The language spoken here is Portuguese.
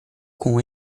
com